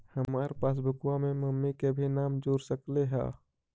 हमार पासबुकवा में मम्मी के भी नाम जुर सकलेहा?